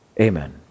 Amen